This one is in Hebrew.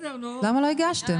למה לא הגשתם?